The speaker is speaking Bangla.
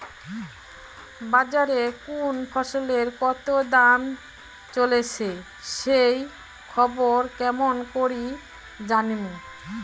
বাজারে কুন ফসলের কতো দাম চলেসে সেই খবর কেমন করি জানীমু?